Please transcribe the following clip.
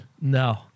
No